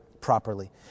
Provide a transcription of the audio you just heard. properly